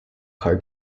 car